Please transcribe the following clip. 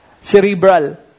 Cerebral